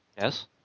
Yes